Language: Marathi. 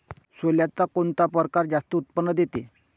सोल्याचा कोनता परकार जास्त उत्पन्न देते?